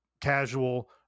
casual